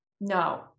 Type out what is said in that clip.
no